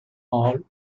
all